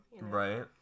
Right